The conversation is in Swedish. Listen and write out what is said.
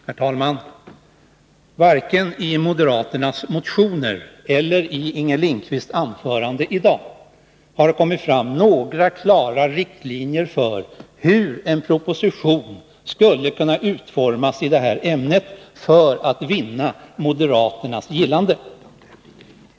Herr talman! Varken i moderaternas motioner eller i Inger Lindquists anförande i dag har det kommit fram några klara riktlinjer för hur en proposition i detta ämne skulle utformas för att vinna moderaternas gillande.